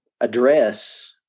address